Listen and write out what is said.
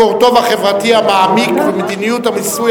הקיטוב החברתי המעמיק ומדיניות המיסוי